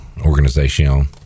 organization